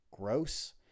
gross